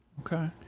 Okay